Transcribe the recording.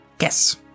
Yes